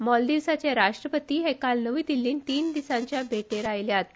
मानदीवजचे राष्ट्रपती हे काल नवी दिल्लीत तीन दिसांच्या भेटीचेर आयल्यात